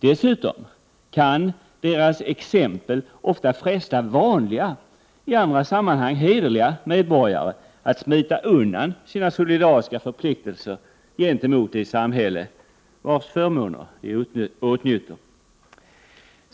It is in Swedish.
Dessa exempel kan vanliga, i andra sammanhang hederliga, medborgare följa för att smita undan sina solidariska förpliktelser gentemot det samhälle vars förmåner de åtnjuter.